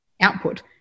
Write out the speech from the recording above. output